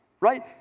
Right